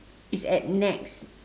it's at nex